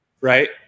right